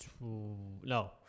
No